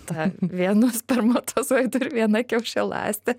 ta vienu spermatozoidu ir viena kiaušialąste